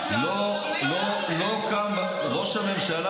כבר לא חיים איתנו, שנייה.